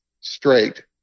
straight